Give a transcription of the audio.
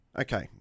Okay